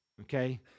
Okay